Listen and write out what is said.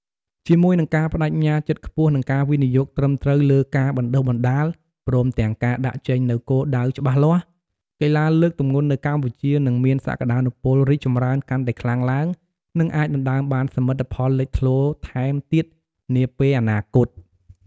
ជាមួយនឹងការប្តេជ្ញាចិត្តខ្ពស់ និងការវិនិយោគត្រឹមត្រូវលើការបណ្តុះបណ្តាល ព្រមទាំងការដាក់ចេញនូវគោលដៅច្បាស់លាស់ កីឡាលើកទម្ងន់នៅកម្ពុជានឹងមានសក្តានុពលរីកចម្រើនកាន់តែខ្លាំងឡើង និងអាចដណ្តើមបានសមិទ្ធផលលេចធ្លោថែមទៀតនាពេលអនាគត។